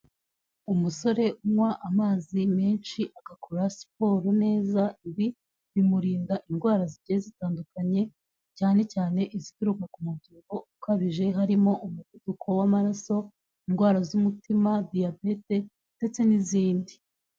Umusore unywa amazi menshi agakora siporo neza, ibi bimurinda indwara zigiye zitandukanye cyane cyane izituruka ku mubyibuho ukabije, harimo umuvuduko w'amaraso, indwara z'umutima, diyabete ndetse n'izindi.